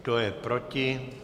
Kdo je proti?